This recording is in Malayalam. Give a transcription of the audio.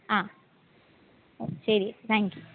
ആ ഓ ശരി താങ്ക് യു